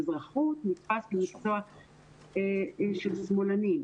אזרחות נתפס למקצוע של שמאלנים.